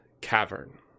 cavern